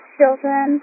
children